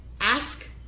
ask